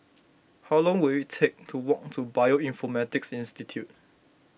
how long will it take to walk to Bioinformatics Institute